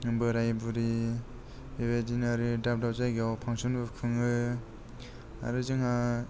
बोराय बुरि बेबादिनो आरो दाब दाब जायगायाव फानसनफोर खुङो आरो जोंहा